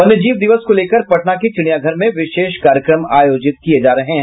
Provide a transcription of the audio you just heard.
वन्य जीव दिवस को लेकर पटना के चिड़ियाघर में विशेष कार्यक्रम आयोजित किये जा रहे हैं